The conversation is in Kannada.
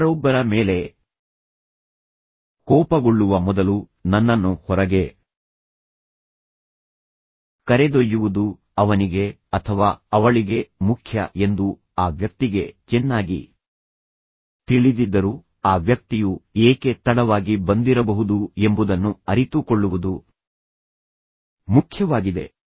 ಯಾರೊಬ್ಬರ ಮೇಲೆ ಕೋಪಗೊಳ್ಳುವ ಮೊದಲು ನನ್ನನ್ನು ಹೊರಗೆ ಕರೆದೊಯ್ಯುವುದು ಅವನಿಗೆ ಅಥವಾ ಅವಳಿಗೆ ಮುಖ್ಯ ಎಂದು ಆ ವ್ಯಕ್ತಿಗೆ ಚೆನ್ನಾಗಿ ತಿಳಿದಿದ್ದರೂ ಆ ವ್ಯಕ್ತಿಯು ಏಕೆ ತಡವಾಗಿ ಬಂದಿರಬಹುದು ಎಂಬುದನ್ನು ಅರಿತುಕೊಳ್ಳುವುದು ಮುಖ್ಯವಾಗಿದೆ